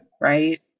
right